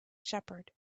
shepherd